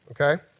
okay